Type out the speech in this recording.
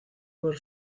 por